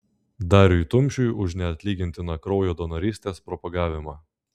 dariui tumšiui už neatlygintiną kraujo donorystės propagavimą